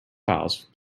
files